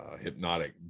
hypnotic